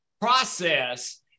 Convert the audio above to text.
process